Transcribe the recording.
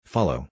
Follow